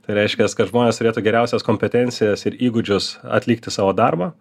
tai reiškias kad žmonės turėtų geriausias kompetencijas ir įgūdžius atlikti savo darbą